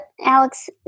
Alex